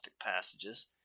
passages